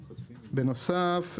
בנוסף,